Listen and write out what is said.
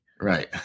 Right